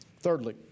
Thirdly